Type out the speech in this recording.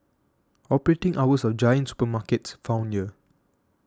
operating hours of Giant supermarkets found here